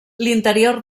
l’interior